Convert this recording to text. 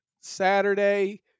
Saturday